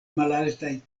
malaltaj